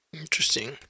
Interesting